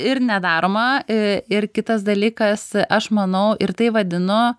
ir nedaroma e ir kitas dalykas aš manau ir tai vadinu